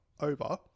over